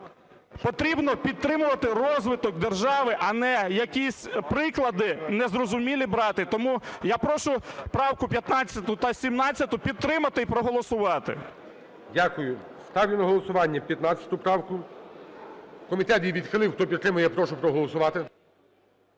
Потрібно підтримувати розвиток держави, а не якісь приклади незрозумілі брати. Тому я прошу правки 15 та 17 підтримати і проголосувати. ГОЛОВУЮЧИЙ. Дякую. Ставлю на голосування 15 правку, комітет її відхилив. Хто підтримує, я прошу проголосувати.